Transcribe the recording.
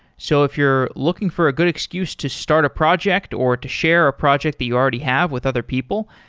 so, if you're looking for a good excuse to start a project or to share a project that you already have with other people,